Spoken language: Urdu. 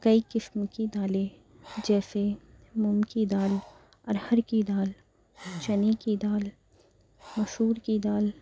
کئی قِسم کی دالیں جیسے مونگ کی دال ارہر کی دال چنے کی دال مسور کی دال